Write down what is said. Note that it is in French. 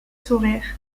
sourire